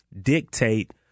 dictate